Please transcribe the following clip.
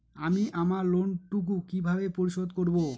আমি আমার লোন টুকু কিভাবে পরিশোধ করব?